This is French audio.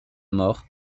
mort